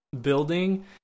building